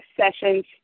sessions